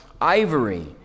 ivory